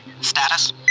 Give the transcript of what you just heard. Status